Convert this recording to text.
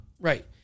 Right